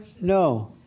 No